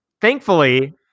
thankfully